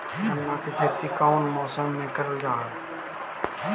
गन्ना के खेती कोउन मौसम मे करल जा हई?